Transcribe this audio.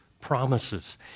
promises